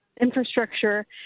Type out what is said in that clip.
infrastructure